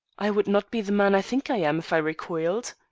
i would not be the man i think i am, if i recoiled,